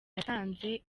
yatanze